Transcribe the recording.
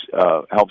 helps